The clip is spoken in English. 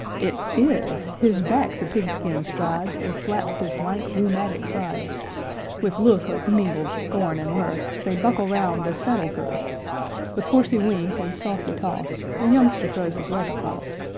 it is! his back the pig-skin strides and flaps his lank, rheumatic sides with look of mingled scorn and mirth they buckle round the saddle-girth with horsey wink and saucy toss a youngster throws his leg across,